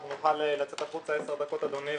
אנחנו נוכל לצאת החוצה ל-10 דקות אדוני,